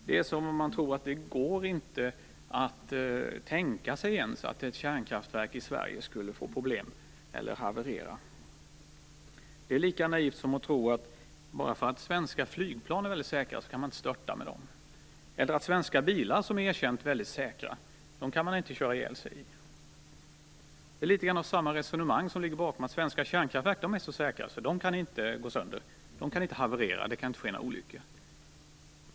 Det är som om man trodde att det inte går att ens tänka sig att ett kärnkraftverk i Sverige skulle få problem eller haverera. Det är lika naivt som att tro att man inte kan störta med svenska flygplan bara för att de är väldigt säkra, eller att tro att man inte kan köra ihjäl sig i svenska bilar, som är erkänt säkra. Det är något av samma resonemang som ligger bakom: Svenska kärnkraftverk är så säkra, så de kan inte haverera; där kan det inte ske några olyckor.